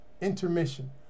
Intermission